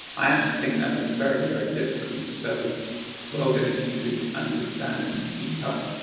i actually think that was very, very difficult, so well done if you could understand and keep up.